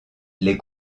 les